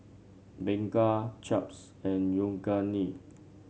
Bengay Chaps and Yoogane